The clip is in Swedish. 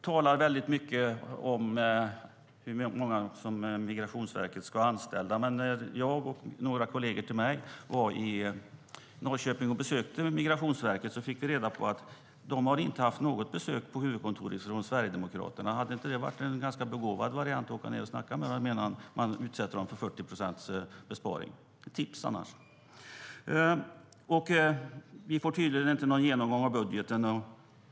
Vi får tydligen ingen genomgång av Sverigedemokraternas budget.